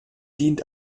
dient